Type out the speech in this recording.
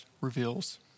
reveals